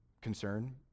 concern